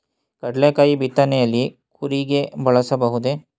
ಕಡ್ಲೆಕಾಯಿ ಬಿತ್ತನೆಯಲ್ಲಿ ಕೂರಿಗೆ ಬಳಸಬಹುದೇ?